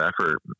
effort